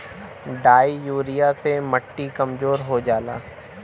di urea से मट्टी कमजोर हो जाला